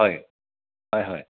হয় হয় হয়